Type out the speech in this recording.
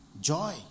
joy